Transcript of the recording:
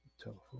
telephone